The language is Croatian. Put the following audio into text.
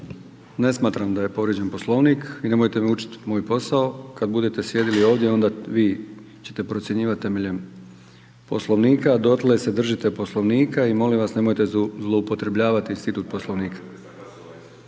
Ne smatram da je povrijeđen poslovnik i nemojte me učiti moj posao. Kad budete sjedili ovdje, onda vi, ćete procjenjivati temeljem Poslovnika, a dotle se držite Poslovnika i molim vas nemojte zloupotrjebljavati institut poslovnika.